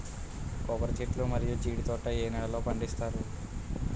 కొబ్బరి చెట్లు మరియు జీడీ తోట ఏ నేలల్లో పండిస్తారు?